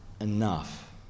enough